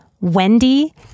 Wendy